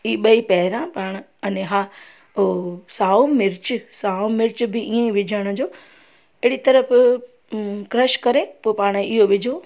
ई ॿई पहिरां पाणि अने हा पोइ साओ मिर्च साओ मिर्च बि इअं विझण जो अहिड़ी तरह क्रश करे पोइ पाणि इहो विझो